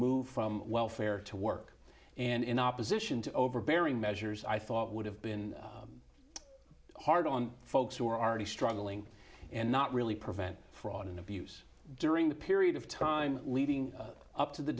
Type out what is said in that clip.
move from welfare to work and in opposition to overbearing measures i thought would have been hard on folks who are already struggling and not really prevent fraud and abuse during the period of time leading up to the